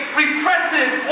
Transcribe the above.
repressive